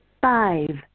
Five